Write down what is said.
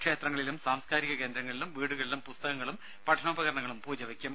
ക്ഷേത്രങ്ങളിലും സാംസ്കാരിക കേന്ദ്രങ്ങളിലു വീടുകളിലും പുസ്തകങ്ങളും പഠനോപകരണങ്ങളും പൂജ വെയ്ക്കും